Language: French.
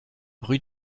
rue